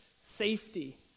safety